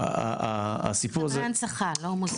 --- חדרי ההנצחה, לא מוזיאונים.